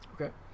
Okay